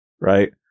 right